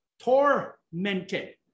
tormented